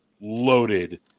loaded